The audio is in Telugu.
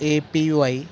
ఏపివై